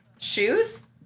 Shoes